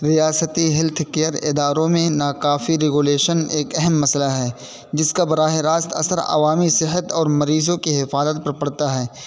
ریاستی health care اداروں میں ناکافی ریگولیشن ایک اہم مسئلہ ہے جس کا براہ راست اثر عوامی صحت اور مریضوں کی حفاظت پر پڑتا ہے